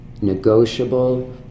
negotiable